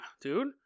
dude